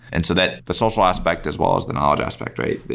and so that the social aspect as well as the knowledge aspect, right? but